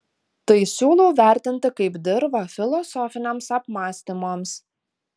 tai siūlau vertinti kaip dirvą filosofiniams apmąstymams